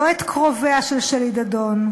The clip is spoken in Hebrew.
לא את קרוביה של שלי דדון,